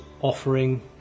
offering